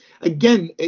Again